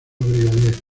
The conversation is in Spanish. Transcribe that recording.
brigadier